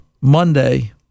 Monday